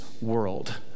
world